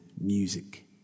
music